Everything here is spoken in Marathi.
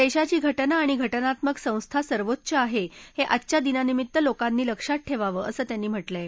देशाची घटना आणि घटनात्मक संस्था सर्वोच्च आहे हे आजच्या दिनानिमित्त लोकांनी लक्षात ठेवावं असं त्यांनी म्हटलंय